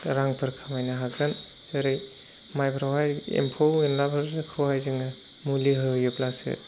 रांफोर खामायनो हागोन जेरै माइफोरावहाय एम्फौ एनलाफोरखौहाय जोङो मुलि होयोब्लासो